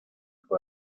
fue